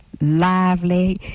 lively